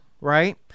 right